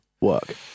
work